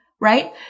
right